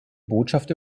botschaft